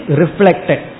reflected